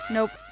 Nope